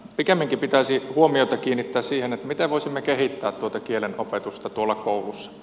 pikemminkin pitäisi huomiota kiinnittää siihen miten voisimme kehittää tuota kielenopetusta tuolla koulussa